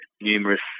numerous